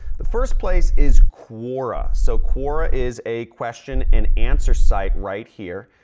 the first place is quora. so, quora is a question and answer site right here.